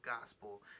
gospel